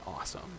awesome